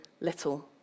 little